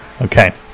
Okay